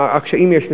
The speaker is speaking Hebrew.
הקשיים שיש,